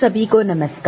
सभी को नमस्कार